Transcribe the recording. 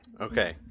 Okay